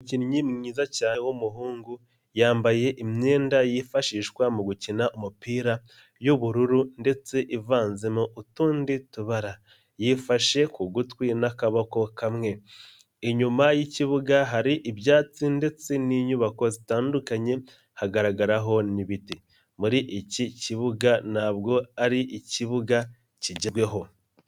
Umukinnyi mwiza cyane w'umuhungu, yambaye imyenda yifashishwa mu gukina umupira y'ubururu ndetse ivanzemo utundi tubara, yifashe ku gutwi n'akaboko kamwe, inyuma y'ikibuga hari ibyatsi ndetse n'inyubako zitandukanye hagaragaraho n'ibiti, muri iki kibuga ntabwo ari ikibuga kigezweho.